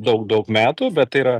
daug daug metų bet tai yra